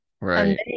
right